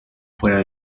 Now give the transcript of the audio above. fuera